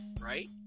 right